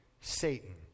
Satan